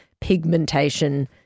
pigmentation